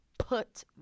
put